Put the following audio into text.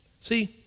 See